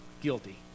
guilty